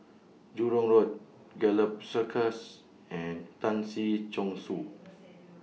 Jurong Road Gallop Circus and Tan Si Chong Su